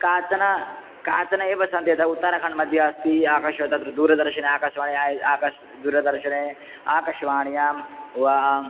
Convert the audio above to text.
काश्चन काश्चन एव सन्ति यदा उत्तरखण्डमध्ये अस्ति आकाशः तत्र दूरदर्शने आकाशवाणी आकाशः दूरदर्शने आकाशवाण्यां वा